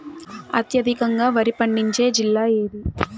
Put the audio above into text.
అత్యధికంగా వరి పండించే జిల్లా ఏది?